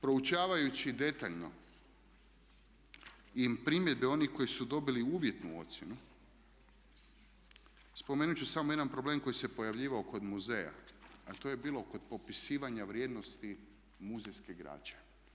Proučavajući detaljno i primjedbe onih koji su dobili uvjetnu ocjenu spomenut ću samo jedan problem koji se pojavljivao kod muzeja a to je bilo kod popisivanja vrijednosti muzejske građe.